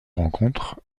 rencontres